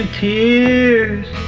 tears